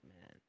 man